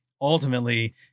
ultimately